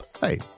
Hey